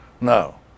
No